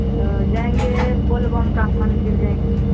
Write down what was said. जाएँगे बोलबम का मन्दिर जाएँगे